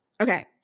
Okay